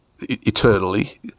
eternally